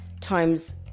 times